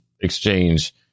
exchange